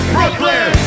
Brooklyn